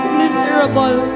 miserable